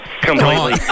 completely